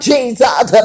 Jesus